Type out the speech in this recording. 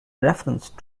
reference